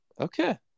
Okay